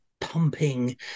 pumping